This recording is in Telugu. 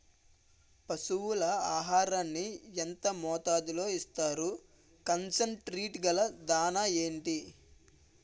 పశువుల ఆహారాన్ని యెంత మోతాదులో ఇస్తారు? కాన్సన్ ట్రీట్ గల దాణ ఏంటి?